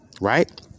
Right